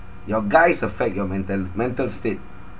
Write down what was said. your guys affect your mental mental state